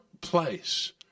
place